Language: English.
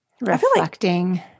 Reflecting